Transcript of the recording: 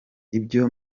ibyo